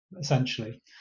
essentially